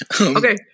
okay